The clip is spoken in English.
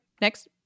next